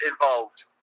involved